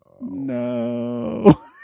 no